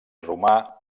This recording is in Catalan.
romà